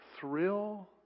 thrill